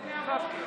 מחכה מהבוקר.